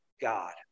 God